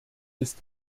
ist